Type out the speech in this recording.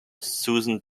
susan